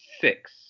six